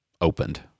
opened